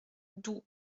doue